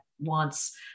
wants